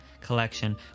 collection